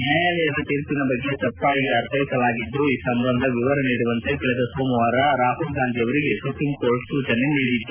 ನ್ಡಾಯಾಲಯದ ತೀರ್ಪಿನ ಬಗ್ಗೆ ತಪ್ಪಾಗಿ ಅರ್ಥೈಸಲಾಗಿದ್ದು ಈ ಸಂಬಂಧ ವಿವರ ನೀಡುವಂತೆ ಕಳೆದ ಸೋಮವಾರ ರಾಹುಲ್ ಗಾಂಧಿ ಅವರಿಗೆ ಸುಪ್ರೀಂ ಕೋರ್ಟ್ ಸೂಚನೆ ನೀಡಿತ್ತು